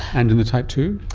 and in the type two?